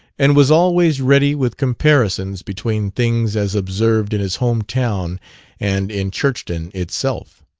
and was always ready with comparisons between things as observed in his home town and in churchton itself.